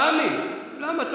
סמי, למה?